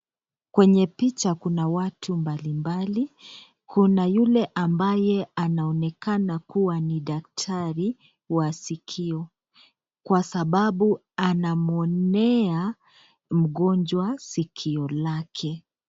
Kwenye picha kuna watu mbalimbali kuna yule ambaye anaonekana kuwa ni daktari wa sikio kwa sababu anamwonea mgonjwa sikio lake.